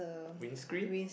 windscreen